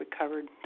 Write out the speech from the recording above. recovered